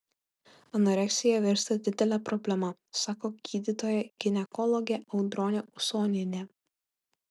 anoreksija virsta didele problema sako gydytoja ginekologė audronė usonienė